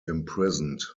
imprisoned